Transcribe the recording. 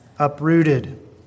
uprooted